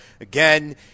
again